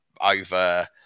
over